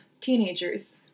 Teenagers